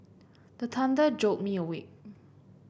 the thunder jolt me awake